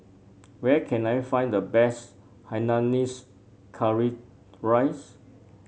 where can I find the best Hainanese Curry Rice